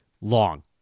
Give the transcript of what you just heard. long